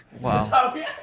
Wow